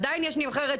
עדיין יש נבחרת